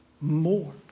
more